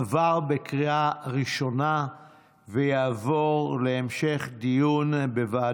לוועדה שתקבע ועדת הכנסת נתקבלה.